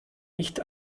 nicht